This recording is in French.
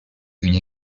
une